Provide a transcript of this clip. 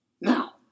Now